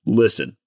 listen